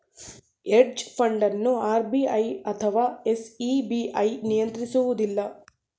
hedge fund ಅನ್ನು RBI ಅಥವಾ SEBI ನಿಯಂತ್ರಿಸುವುದಿಲ್ಲ